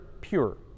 pure